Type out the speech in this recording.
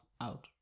out